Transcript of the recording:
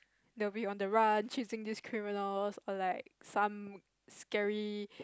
the way on the run chasing these criminals or like some scary